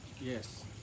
Yes